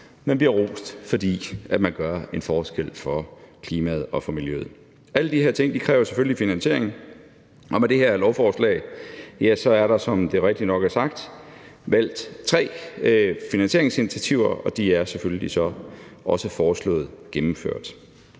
men bliver rost, fordi man gør en forskel for klimaet og miljøet. Alle de her ting kræver selvfølgelig finansiering, og med det her lovforslag er der, som det rigtigt nok er sagt, valgt tre finansieringsinitiativer, og de er så selvfølgelig også foreslået gennemført.